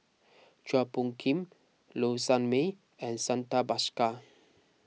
Chua Phung Kim Low Sanmay and Santha Bhaskar